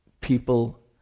people